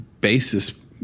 basis